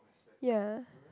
ya